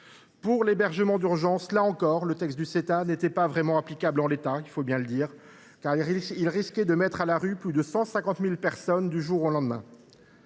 Pour l’hébergement d’urgence, là encore, le texte du Sénat n’était pas vraiment applicable en l’état – il faut le reconnaître –, car il risquait de mettre à la rue plus de 150 000 personnes du jour au lendemain.